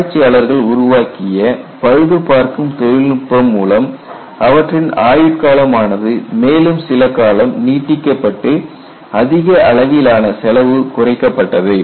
ஆராய்ச்சியாளர்கள் உருவாக்கிய பழுதுபார்க்கும் தொழில்நுட்பம் மூலம் அவற்றின் ஆயுட் காலம் ஆனது மேலும் சில காலம் நீட்டிக்கப்பட்டு அதிக அளவிலான செலவு குறைக்கப்பட்டது